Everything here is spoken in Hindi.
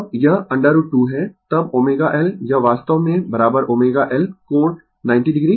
तब यह √ 2 है तब ω L यह वास्तव में ω L कोण 90 o